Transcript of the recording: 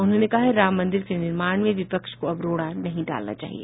उन्होंने कहा कि राम मंदिर के निर्माण में विपक्ष को अब रोड़ा नहीं डालना चाहिए